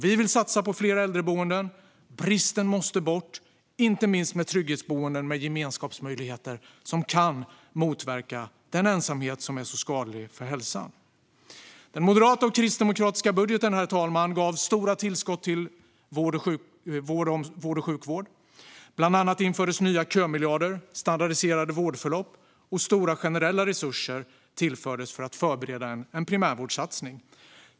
Vi vill satsa på fler äldreboenden - bristen måste bort - inte minst trygghetsboenden med gemenskapsmöjligheter som kan motverka den ensamhet som är så skadlig för hälsan. Herr talman! Den moderata och kristdemokratiska budgeten gav stora tillskott till vård och sjukvård. Bland annat infördes nya kömiljarder och standardiserade vårdförlopp, och stora generella resurser tillfördes för att förbereda en primärvårdssatsning.